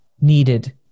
needed